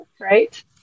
right